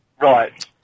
Right